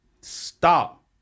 stop